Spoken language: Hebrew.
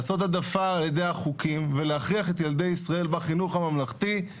לעשות העדפה על ידי החוקים ולהכריח את ילדי ישראל בחינוך הממלכתי,